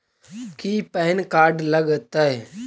की PAN card लग तै?